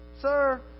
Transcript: sir